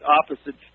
opposite